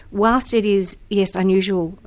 whilst it is, yes, unusual,